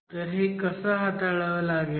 तर हे कसं हाताळावे लागेल